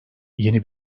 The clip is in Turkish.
yeni